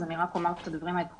אז אני רק אומר את הדברים העקרוניים.